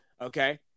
okay